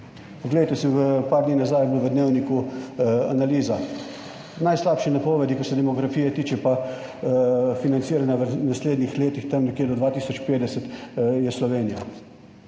poglejte si v par dni nazaj je bilo v Dnevniku analiza, najslabše napovedi kar se demografije tiče, pa financiranja v naslednjih letih, tam nekje do 2050 je Slovenija.